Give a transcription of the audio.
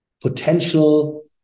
potential